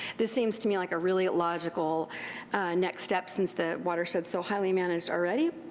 this seems to me like a really logical next step since the watershedis so highly managed already.